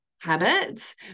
habits